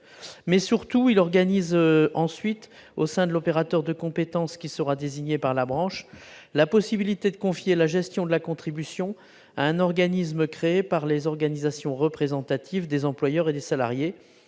tend à organiser, au sein de l'opérateur de compétences qui sera désigné par la branche, la possibilité de confier la gestion de la contribution à un organisme créé par les organisations représentatives des employeurs et des salariés.